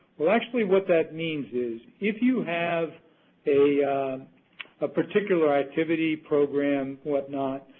well, actually what that means is if you have a ah particular activity, program, whatnot,